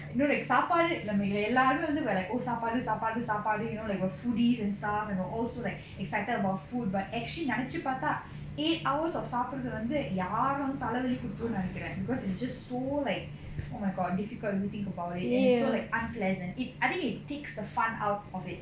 you know like சாப்பாடு நம்ம இங்க எல்லாருமே வந்து:saapadu namma inga ellarume vandhu we are like oh சாப்பாடு சாப்பாடு சாப்பாடு:saapadu saapadu saapadu you know like we are foodies and stuff and we are all so excited food but actually நெனைச்சு பாத்தா:nenaichu paattha eight hours of சாப்டுறது வந்து யாரா இருந்தாலும் தல வலி குடுத்துரும் நெனைக்கிறேன்:saapuduradhu vandhu yaaraa irundhalum thala vali kuduthurum nenaikiren because it's just so like oh my god difficult if you think about it and it's so like unpleasant it I think it takes the fun out of it